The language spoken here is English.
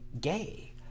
gay